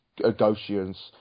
negotiations